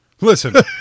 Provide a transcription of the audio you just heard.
Listen